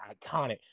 iconic